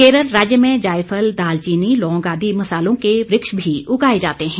केरल राज्य में जायफल दालचीनी लौंग आदि मसालों के वृक्ष भी उगाए जाते हैं